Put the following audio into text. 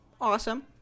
awesome